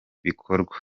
bikorwa